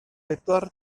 pedwar